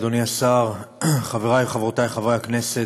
אדוני השר, חברי וחברותי חברי הכנסת,